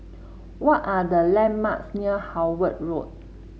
what are the landmarks near Howard Road